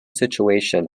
situation